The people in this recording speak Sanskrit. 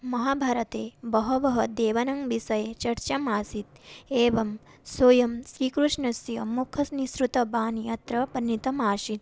महाभारते बहवः देवानां विषये चर्चा आसीत् एवं स्वयं श्रीकृष्णस्य मुखनिसृतवाणी अत्र वर्णितमासीत्